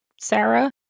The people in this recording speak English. Sarah